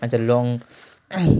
আচ্ছা লং